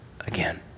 again